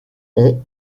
ont